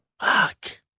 Fuck